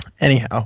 Anyhow